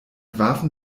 warfen